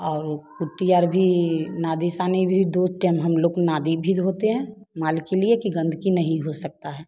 और कुटियर भी नादिसनी भी दूध टाइम हम लोग नाधि भी धोते हैं माल के लिए की गंदगी नहीं हो सकता है